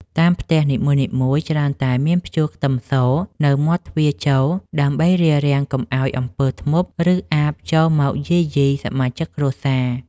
តាមផ្ទះនីមួយៗច្រើនតែមានព្យួរខ្ទឹមសនៅមាត់ទ្វារចូលដើម្បីរារាំងកុំឱ្យអំពើធ្មប់ឬអាបចូលមកយាយីសមាជិកគ្រួសារ។